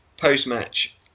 post-match